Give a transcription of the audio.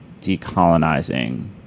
decolonizing